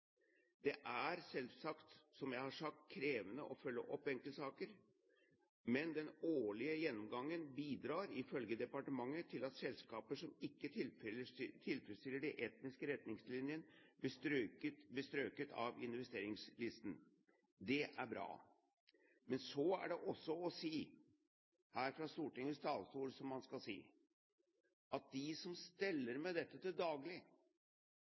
Det er selvsagt krevende, som jeg har sagt, å følge opp enkeltsaker, men den årlige gjennomgangen bidrar, ifølge departementet, til at selskaper som ikke tilfredsstiller de etiske retningslinjene, blir strøket av investeringslisten. Det er bra. Men så er det også å si her fra Stortingets talerstol – som man skal si – at de som steller med dette til daglig